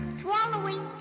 swallowing